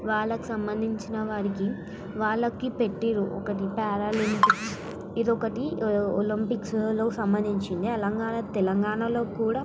వాళ్ళకి సంబంధించిన వారికి వాళ్ళకి పెట్టిరు ఒకటి పారాలింపిక్స్ ఇదొకటి ఒలింపిక్స్లో సంబంధించినది అలంగానే తెలంగాణలో కూడా